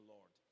Lord